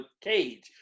cage